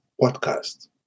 podcast